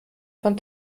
von